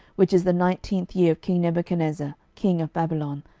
which is the nineteenth year of king nebuchadnezzar king of babylon,